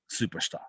superstar